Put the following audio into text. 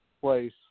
place